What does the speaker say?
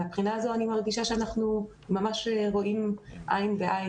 מהבחינה הזו אני מרגישה שאנחנו ממש רואים עין בעין